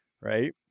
right